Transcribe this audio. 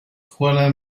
scuola